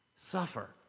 suffer